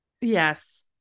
Yes